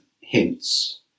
hints